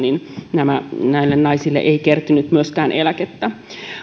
näille naisille ei kertynyt eläkettä